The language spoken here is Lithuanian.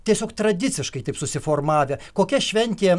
tiesiog tradiciškai taip susiformavę kokia šventė